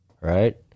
right